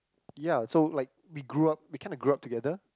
ya so like we grew up we kind of grow up together